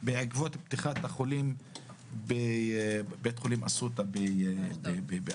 בעקבות פתיחת בית חולים אסותא באשדוד,